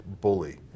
bully